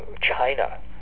China